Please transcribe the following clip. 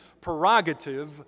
prerogative